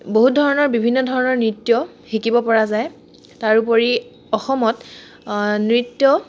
বহুত ধৰণৰ বিভিন্ন ধৰণৰ নৃত্য শিকিব পৰা যায় তাৰোপৰি অসমত নৃত্য